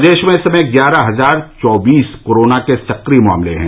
प्रदेश में इस समय ग्यारह हजार चौबीस कोरोना के सक्रिय मामले हैं